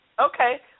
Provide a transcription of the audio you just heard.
Okay